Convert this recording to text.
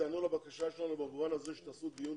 שתיענו לבקשה שלנו במובן הזה שתעשו דיון